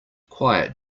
quiet